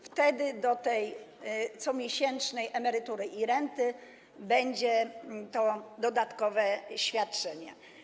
Wtedy do comiesięcznej emerytury i renty będzie to dodatkowe świadczenie.